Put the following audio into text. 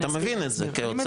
אתה מבין את זה כאוצר.